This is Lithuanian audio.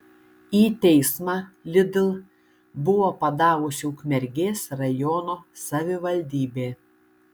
į teismą lidl buvo padavusi ukmergės rajono savivaldybė